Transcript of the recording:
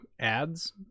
ads